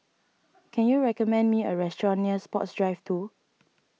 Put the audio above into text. can you recommend me a restaurant near Sports Drive two